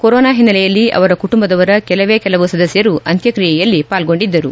corona ಹಿನ್ನೆಲೆಯಲ್ಲಿ ಅವರ ಕುಟುಂಬದವರ ಕೆಲವೇ ಕೆಲವು ಸದಸ್ಯರು ಅಂತ್ಯಕ್ರಿಯೆಯಲ್ಲಿ ಪಾಲ್ಗೊಂಡಿದ್ದರು